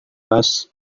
bus